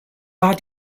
war